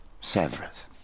Severus